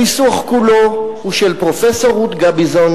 הניסוח כולו הוא של פרופסור רות גביזון,